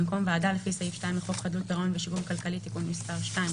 במקום "ועדה לפי סעיף 2 לחוק חדלות פירעון ושיקום כלכלי (תיקון מס' 2),